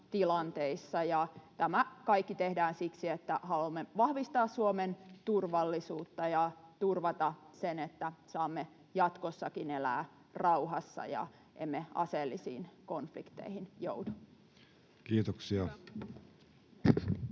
Tämä kaikki tehdään siksi, että haluamme vahvistaa Suomen turvallisuutta ja turvata sen, että saamme jatkossakin elää rauhassa ja emme aseellisiin konflikteihin joudu. Kiitoksia.